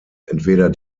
entweder